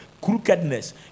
crookedness